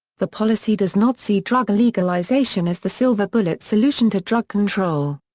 the policy does not see drug legalization as the silver bullet solution to drug control.